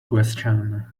question